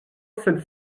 sed